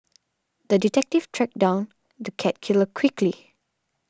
the detective tracked down the cat killer quickly